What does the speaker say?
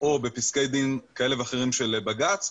או בפסקי דין כאלה ואחרים של בג"ץ,